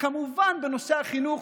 וכמובן בנושא החינוך,